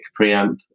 preamp